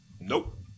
Nope